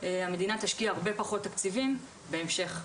המדינה תשקיע הרבה פחות תקציבים בהמשך,